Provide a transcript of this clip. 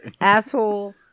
asshole